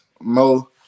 Mo